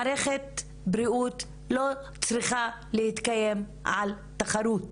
מערכת בריאות לא צריכה להתקיים על תחרות.